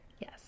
Yes